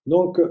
Donc